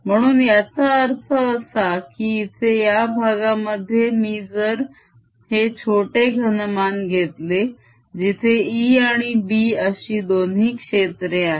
म्हणून याचा अर्थ असा की इथे या भागामध्ये मी जर हे छोटे घनमान घेतले जिथे E आणि B अशी दोन्ही क्षेत्रे आहेत